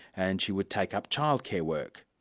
and she would take up child-care work.